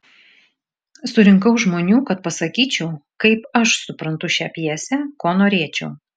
surinkau žmonių kad pasakyčiau kaip aš suprantu šią pjesę ko norėčiau